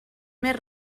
més